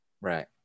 right